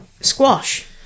squash